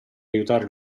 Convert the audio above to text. aiutare